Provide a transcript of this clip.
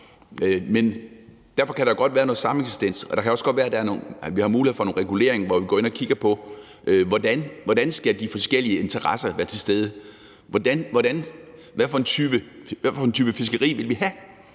Men derfor kan der jo godt være noget sameksistens, og det kan også godt være, at vi har mulighed for noget regulering, hvor vi går ind og kigger på, hvordan de forskellige interesser skal være til stede, hvad for en type fiskeri vi vil have